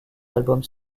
albums